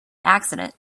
accident